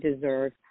deserve